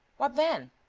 what then?